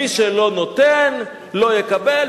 מי שלא נותן לא יקבל,